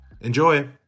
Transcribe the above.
Enjoy